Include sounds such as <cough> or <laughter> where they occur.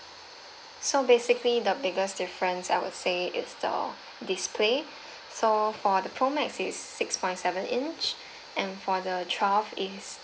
so basically the biggest difference I would say it's the display <breath> so for the pro max is six point seven inch and for the twelve is